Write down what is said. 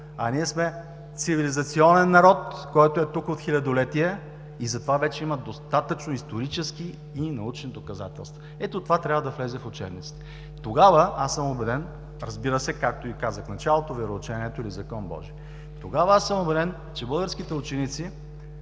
а сме цивилизационен народ, който е тук от хилядолетия и затова вече има достатъчно исторически и научни доказателства. Ето това трябва да влезе в учебниците! Разбира се, както казах и в началото, вероучението или Закон божи. Тогава съм убеден, че българските ученици